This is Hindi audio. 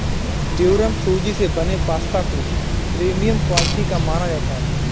ड्यूरम सूजी से बने पास्ता को प्रीमियम क्वालिटी का माना जाता है